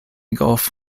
gulf